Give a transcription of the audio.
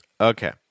Okay